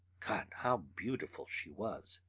god! how beautiful she was.